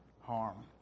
harm